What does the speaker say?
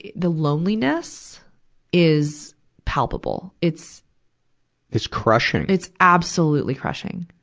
the loneliness is palpable. it's it's crushing. it's absolutely crushing.